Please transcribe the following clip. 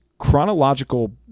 chronological